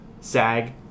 SAG